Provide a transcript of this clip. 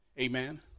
Amen